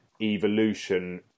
evolution